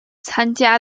参加